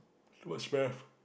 it was very